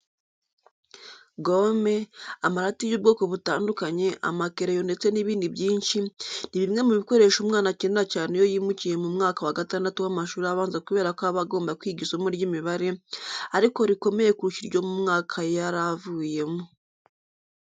Gome, amarati y'ubwoko butandukanye, amakereyo ndetse n'ibindi byinshi, ni bimwe mu bikoresho umwana akenera cyane iyo yimukiye mu mwaka wa gatandatu w'amashuri abanza kubera ko aba agomba kwiga isomo ry'imibare, ariko rikomeye kurusha iryo mu mwaka yari avuyemo.